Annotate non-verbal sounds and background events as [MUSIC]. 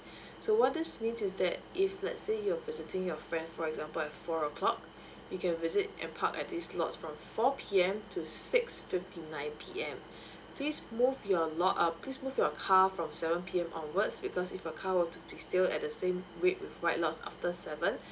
[BREATH] so what this means is that if let's say you're visiting your friends for example at four o'clock you can visit and park at these slots from four P_M to six fifty nine P_M [BREATH] please move your lot uh please move your cars from seven P_M onwards because if your car will to be still at the same wait with white lots after seven [BREATH]